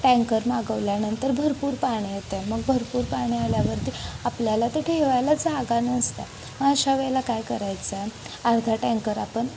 tanker मागवल्यानंतर भरपूर पाणी येतं आहे मग भरपूर पाणी आल्यावरती आपल्याला ते ठेवायला जागा नसते आहे मग अशा वेळेला काय करायचं आहे अर्धा टँकर आपण